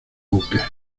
buques